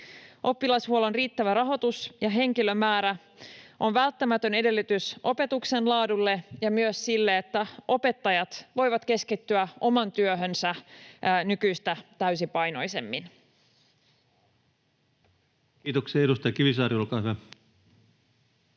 Oppilashuollon riittävä rahoitus ja henkilömäärä on välttämätön edellytys opetuksen laadulle ja myös sille, että opettajat voivat keskittyä omaan työhönsä nykyistä täysipainoisemmin. [Speech 159] Speaker: